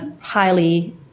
highly